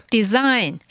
Design